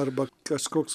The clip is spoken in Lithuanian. arba kažkoks